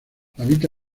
habita